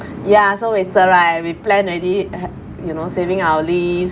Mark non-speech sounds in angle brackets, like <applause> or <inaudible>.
ya so wasted right we plan already <coughs> you know saving our leaves